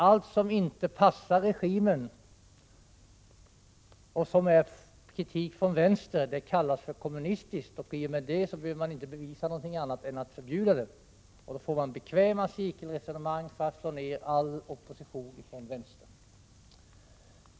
Allt som inte passar regimen och som är kritik från vänster kallas kommunistiskt, och i och med det behöver man inte göra något annat än att förbjuda det. Då får man bekväma cirkelresonemang för att slå ner all opposition från vänster.